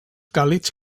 càlids